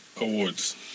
Awards